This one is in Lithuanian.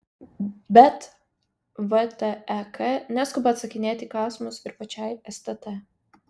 bet vtek neskuba atsakinėti į klausimus ir pačiai stt